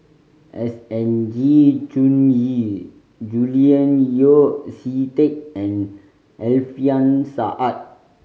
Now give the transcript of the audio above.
S N G Choon Yee Julian Yeo See Teck and Alfian Sa'at